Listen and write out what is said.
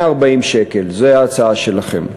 140 שקלים, זאת ההצעה שלכם.